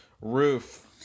Roof